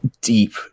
deep